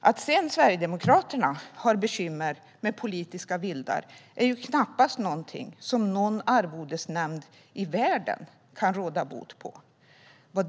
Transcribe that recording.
Att Sverigedemokraterna har bekymmer med politiska vildar är knappast någonting som någon arvodesnämnd i världen kan råda bot på.